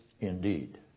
indeed